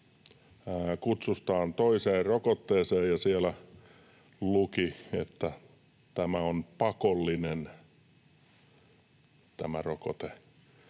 kutsustaan toiseen rokotteeseen, ja siellä luki, että tämä on pakollinen, tämä rokote.